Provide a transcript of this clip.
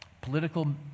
political